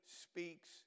speaks